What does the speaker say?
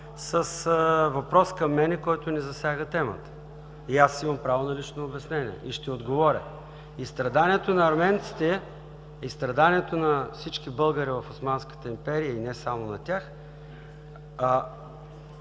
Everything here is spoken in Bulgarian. с въпрос към мен, който не засяга темата. Аз имам право на лично обяснение и ще отговоря. И страданието на арменците, и страданието на всички българи в Османската империя, и не само на тях,